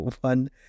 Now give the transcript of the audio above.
One